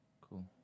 Cool